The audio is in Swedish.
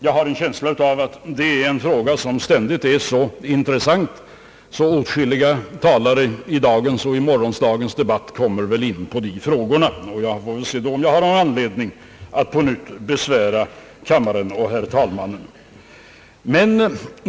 Jag har en känsla av att det är en fråga som ständigt är så intressant att åtskilliga talare i dagens och morgondagens debatt kommer in på den, och jag får väl då se om jag har anledning att på nytt besvära kammaren och herr talmannen.